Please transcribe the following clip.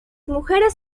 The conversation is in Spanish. mujeres